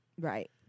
Right